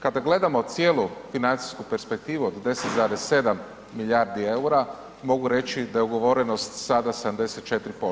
Kada gledamo cijelu financijsku perspektivu od 10,7 milijardi EUR-a, mogu reći da je ugovorenost sada 74%